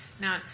Now